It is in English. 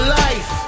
life